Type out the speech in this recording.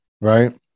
right